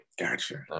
Gotcha